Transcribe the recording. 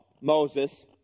Moses